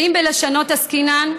ואם בלשנות עסקינן,